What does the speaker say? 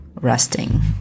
resting